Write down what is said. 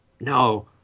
no